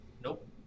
Nope